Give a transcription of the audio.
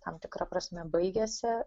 laikas tam tikra prasme baigiasi